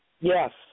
Yes